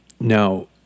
now